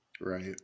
right